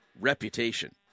reputation